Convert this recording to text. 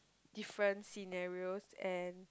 different scenarios and